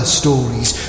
stories